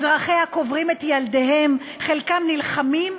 אזרחיה קוברים את ילדיהם, חלקם נלחמים,